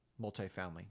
multifamily